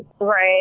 Right